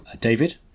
David